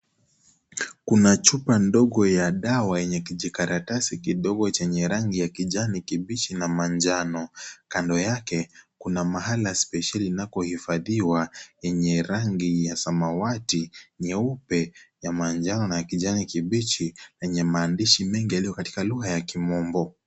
Kuna chupa ndogo ya dawa yenye kijikaratasi kidogo chenye rangi ya kijani kibichi na manjano. Kando yake, kuna mahala spesheli inakoifadhiwa yenye rangi ya samawati, nyeupe na manjano na kijani kibichi, yenye maandishi mengi yaliyo katika lugha ya kimombo.